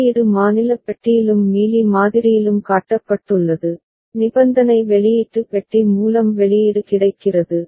வெளியீடு மாநில பெட்டியிலும் மீலி மாதிரியிலும் காட்டப்பட்டுள்ளது நிபந்தனை வெளியீட்டு பெட்டி மூலம் வெளியீடு கிடைக்கிறது